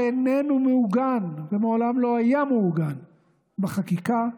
שאיננו מעוגן ומעולם לא היה מעוגן בחקיקה,